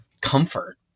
comfort